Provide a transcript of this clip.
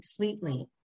completely